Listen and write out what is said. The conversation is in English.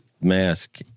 mask